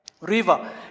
River